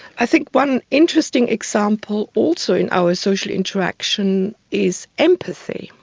i think one interesting example also in our social interaction is empathy.